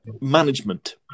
Management